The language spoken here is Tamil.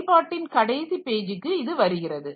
செயல்பாட்டின் கடைசி பேஜுக்கு இது வருகிறது